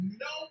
no